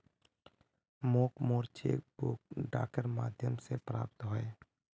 मोक मोर cheque book डाकेर माध्यम से प्राप्त होइए